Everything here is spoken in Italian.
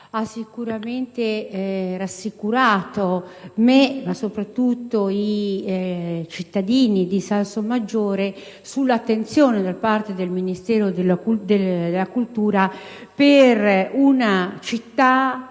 ha sicuramente rassicurato me, ma soprattutto i cittadini di Salsomaggiore, sull'attenzione da parte del Ministero per i beni e le attività